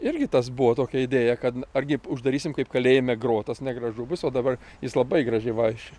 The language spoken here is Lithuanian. irgi tas buvo tokia idėja kad argip uždarysim kaip kalėjime grotas negražu bus o dabar jis labai gražiai va iš